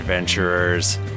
adventurers